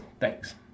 Thanks